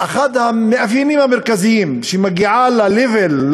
אחד המאפיינים המרכזיים כשהיא מגיעה ל-level,